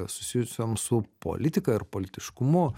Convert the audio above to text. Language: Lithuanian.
susijusioms su politika ir politiškumu